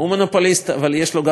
אבל יש לו גם קונה מונופוליסט.